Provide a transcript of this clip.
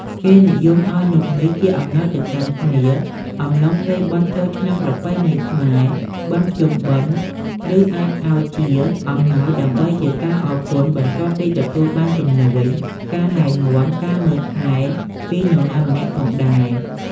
គេនិយមឱ្យនំនេះជាអំណោយទៅកាន់គ្នា អំឡុងពេលបុណ្យចូលឆ្នាំប្រពៃណីខ្មែរ បុណ្យភ្ពុំបិណ្ឌ ឬអាចឱ្យជាអំណោយដើម្បីជាការអរគុណបន្ទាប់ពីទទួលបានជំនួយ ការណែនាំ ឬ ការមើលថែទាំពីនរណាម្នាក់ផងដែរ។